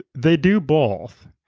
they do both.